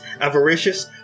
avaricious